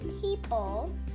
people